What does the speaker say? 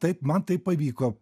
taip man tai pavyko